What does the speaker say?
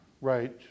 right